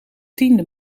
tiende